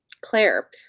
Claire